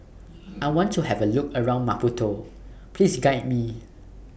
I want to Have A Look around Maputo Please Guide Me